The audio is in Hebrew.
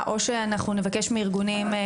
זה עניין של לשכנע ולהסביר